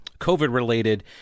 COVID-related